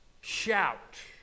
shout